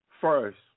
first